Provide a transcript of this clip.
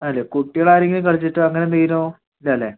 അല്ല കുട്ടികൾ ആരെങ്കിലും കളിച്ചിട്ടോ അങ്ങനെ എന്തെങ്കിലോ ഇല്ല അല്ലെ